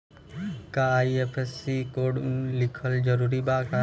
का IFSC code लिखल जरूरी बा साहब?